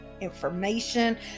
information